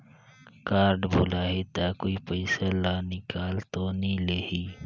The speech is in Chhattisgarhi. कारड भुलाही ता कोई पईसा ला निकाल तो नि लेही?